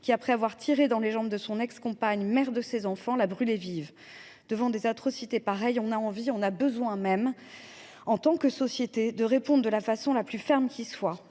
qui, après avoir tiré dans les jambes de son ex compagne, mère de ses enfants, l’a brûlée vive. Devant de pareilles atrocités, on a envie, on a même besoin, en tant que société, de répondre de la façon la plus ferme qui soit.